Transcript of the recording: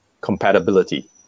compatibility